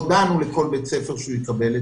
הודענו לכל בית ספר שהוא יקבל.